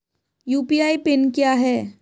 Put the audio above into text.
UPI PIN क्या है?